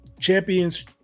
Champions